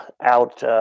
out